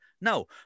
No